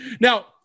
Now